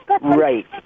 right